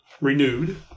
renewed